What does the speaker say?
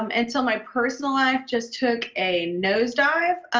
um until my personal life just took a nosedive,